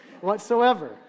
whatsoever